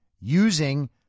using